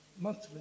monthly